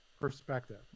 perspective